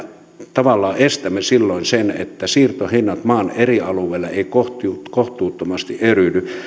tavallaan estämme silloin sen että siirtohinnat maan eri alueilla eivät kohtuuttomasti eriydy